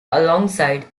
alongside